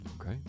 Okay